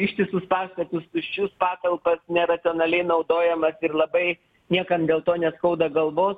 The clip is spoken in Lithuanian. ištisus pastatus tuščius patalpas neracionaliai naudojamas ir labai niekam dėl to neskauda galvos